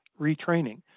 retraining